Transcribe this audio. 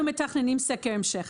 אנחנו מתכננים סקר המשך.